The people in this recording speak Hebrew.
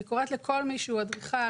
אני קוראת לכל מי שהוא אדריכל,